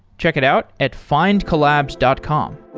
check it out at findcollabs dot com.